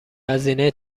هزینه